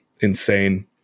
insane